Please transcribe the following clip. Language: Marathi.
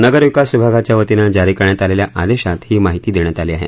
नगर विकास विभागाच्या वतीनं जारी करण्यात आलेल्या आदेशात ही माहिती देण्यात आली आहे